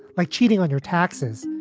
by cheating on your taxes.